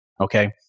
Okay